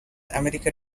america